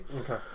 Okay